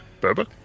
Berber